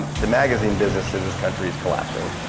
the magazine business in this country is collapsing.